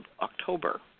October